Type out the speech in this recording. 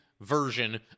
version